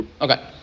Okay